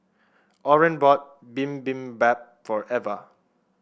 Oren bought Bibimbap for Eva